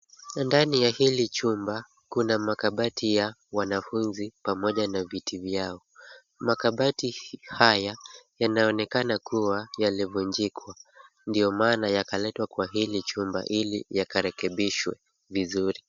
Ndani ya hili chumba, kuna makabati ya wanafunzi pamoja na viti vyao. Makabati haya yanaonekana kuwa yalivunjika, ndio maana yakaletwa kwa hili chumba ili yakarekebishwe vizuri.